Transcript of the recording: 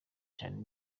cyane